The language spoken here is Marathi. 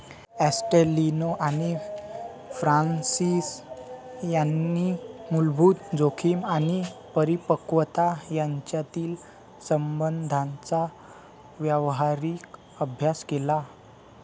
ॲस्टेलिनो आणि फ्रान्सिस यांनी मूलभूत जोखीम आणि परिपक्वता यांच्यातील संबंधांचा व्यावहारिक अभ्यास केला